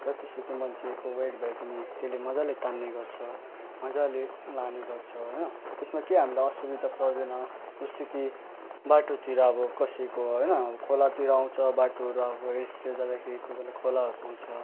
जतिसुकै मान्छेको वेट भए पनि त्यसले मजाले तान्ने गर्छ मजाले लाने गर्छ होइन त्यसमा केही हामीलाई असुविधा पर्दैन जस्तो कि बाटोतिर अब कसैको होइन खोलातिर आउँछ बाटोहरू अब हिल्सतिर जाँदाखेरि कोही बेला खोलाहरू आउँछ